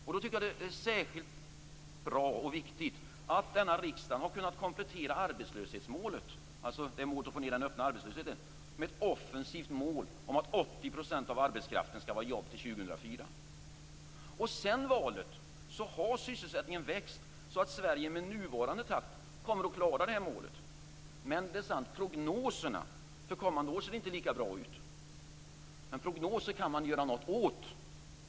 Och särskilt viktigt är att riksdagen har kunnat komplettera arbetslöshetsmålet, dvs. att få ned den öppna arbetslösheten, med ett offensivt mål om att 80 % av arbetskraften skall vara i jobb till år 2004. Sedan valet har också sysselsättningen ökat så att Sverige med nuvarande takt kommer att klara målet. Men prognoserna för kommande år ser inte lika bra ut, men prognosen kan man göra något åt.